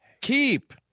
Keep